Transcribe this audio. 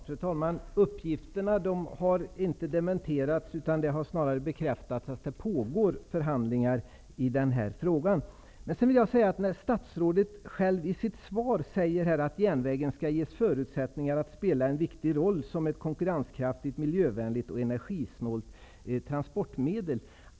Fru talman! Uppgifterna har inte dementerats, utan det har snarare bekräftats att det pågår förhandlingar i den här frågan. Statsrådet säger i sitt svar att järnvägen skall ges förutsättningar att spela en viktig roll som ett konkurrenskraftigt, miljövänligt och energisnålt transportmedel.